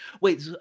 Wait